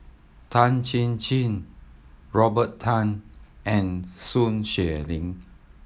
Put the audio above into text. Tan Chin Chin Robert Tan and Sun Xueling